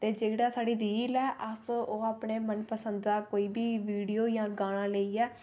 ते जेह्ड़ा साढ़ा रील ऐ अस ओह् अपने मन पसंद दा कोई बी वीडियो जां गाना लेइयै